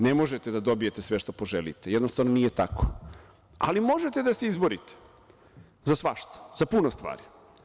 Ne možete da dobijete sve što poželite, jednostavno nije tako, ali možete da se izborite za svašta, za puno stvari.